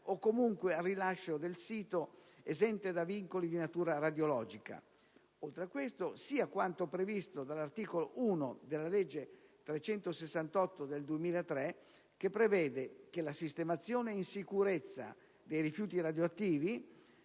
o comunque al rilascio del sito esente da vincoli di natura radiologica», sia quanto previsto dall'articolo 1 della legge n. 368 del 2003 che prevede che «la sistemazione in sicurezza dei rifiuti radioattivi